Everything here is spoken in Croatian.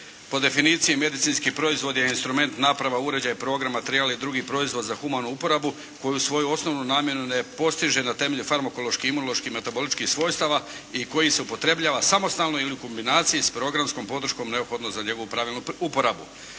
Po definiciji medicinski proizvod je instrument, naprava, uređaj, program, materijal i drugi proizvod za humanu uporabu koji svoju osnovnu namjenu ne postiže na temelju farmakoloških, imunoloških i metaboličkih svojstava i koji se upotrebljava samostalno ili u kombinaciji sa programskom podrškom neophodno za njegovu pravilnu uporabu.